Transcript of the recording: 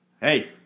hey